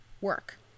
work